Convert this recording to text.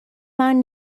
منو